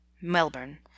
Melbourne